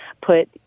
put